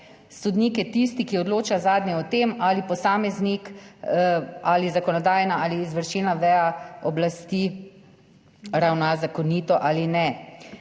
Sodnik je tisti, ki odloča zadnji o tem, ali posameznik, ali zakonodajna, ali izvršilna veja oblasti ravna zakonito ali ne.